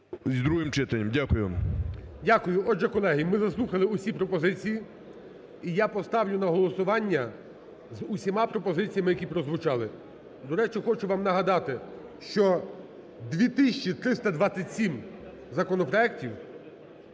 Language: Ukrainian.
із другим читанням. Дякую. ГОЛОВУЮЧИЙ. Дякую. Отже, колеги, ми заслухали усі пропозиції. І я поставлю на голосування з усіма пропозиціями, які прозвучали. До речі, хочу вам нагадати, що 2 тисячі 327 законопроектів